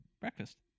breakfast